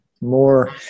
more